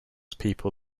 people